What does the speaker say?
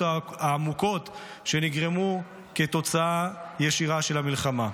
העמוקות שנגרמו כתוצאה ישירה מהמלחמה.